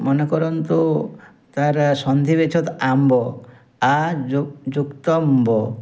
ମନେ କରନ୍ତୁ ତାର ସନ୍ଧି ବିଚ୍ଛେଦ ଆମ୍ବ ଆ ଯୁକ୍ତ ମ୍ବ